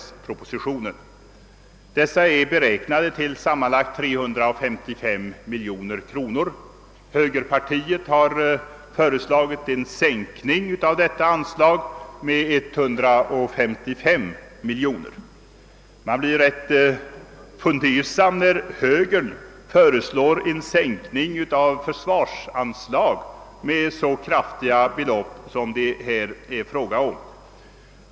Anslagen för ifrågavarande ändamål beräknas till sammanlagt 355 miljoner kronor. Högerpartiet har föreslagit en sänkning av detta anslag med 155 miljoner kronor. Man blir litet fundersam när högern föreslår en sänkning av ett försvarsanslag med ett så stort belopp som det här är fråga om.